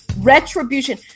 Retribution